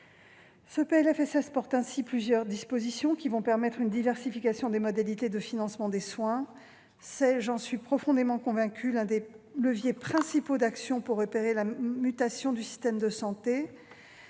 sociale prévoit plusieurs dispositions qui vont permettre une diversification des modalités de financement des soins. C'est, j'en suis profondément convaincue, l'un des principaux leviers d'action pour opérer la mutation du système de santé.